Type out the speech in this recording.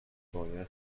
باید